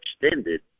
extended